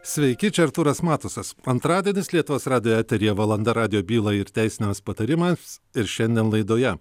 sveiki čia artūras matusas antradienis lietuvos radijo eteryje valanda radijo bylai ir teisiniams patarimams ir šiandien laidoje